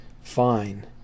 fine